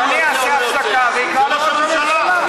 אדוני יעשה הפסקה ויקרא לראש הממשלה.